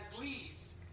leaves